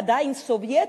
עדיין סובייטית,